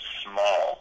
small